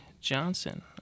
Johnson